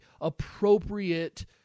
appropriate